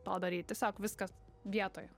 to daryt tiesiog viskas vietoje